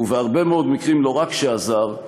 ובהרבה מאוד מקרים לא רק עזר,